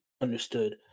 understood